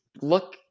look